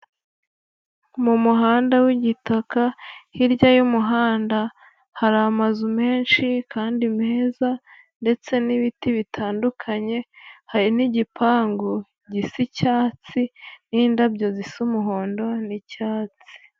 Mu muhanda w'igitaka, hirya y'umuhanda hari amazu menshi kandi meza ndetse n'ibiti bitandukanye, hari n'ipangu gisa icyatsi n'indabyo zisa umuhondo n'icyatsi.